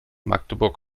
magdeburg